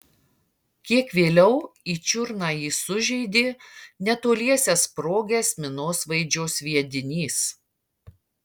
kiek vėliau į čiurną jį sužeidė netoliese sprogęs minosvaidžio sviedinys